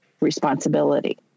responsibility